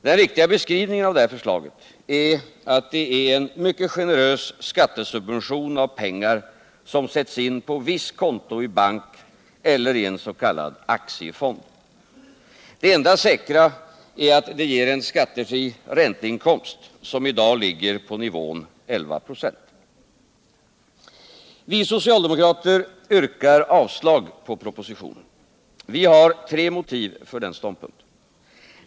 Den riktiga beskrivningen av detta förslag är att det är en mycket generös skattesubvention av pengar som sätts in på visst konto i bank eller i en s.k. aktiefond. Det enda säkra är att det ger en skattefri ränteinkomst, som i dag ligger på nivån 11 94. Vi socialdemokrater yrkar avslag på propositionen. Vi hartre motiv för den ståndpunkten.